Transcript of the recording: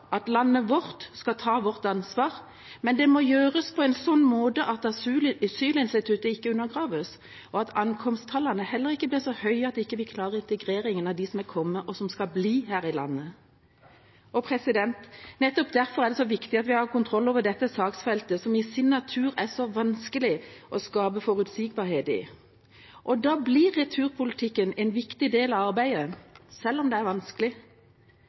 at landet vårt skal ta sitt ansvar, men det må gjøres på en slik måte at asylinstituttet ikke undergraves, og at ankomsttallene heller ikke blir så høye at vi ikke klarer integreringen av dem som har kommet, og som skal bli her i landet. Nettopp derfor er det så viktig at vi har kontroll over dette saksfeltet, som i sin natur er så vanskelig å skape forutsigbarhet på. Da blir returpolitikken en viktig del av arbeidet, selv om det er vanskelig.